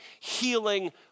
healing